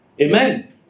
Amen